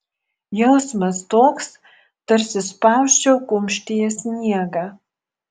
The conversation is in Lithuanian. jausmas toks tarsi spausčiau kumštyje sniegą